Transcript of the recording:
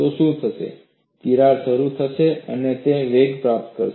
તો શું થશે તિરાડ શરૂ થશે અને તે વેગ પ્રાપ્ત કરશે